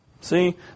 See